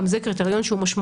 גם זה קריטריון שהוא משמעותי,